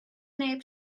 neb